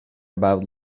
about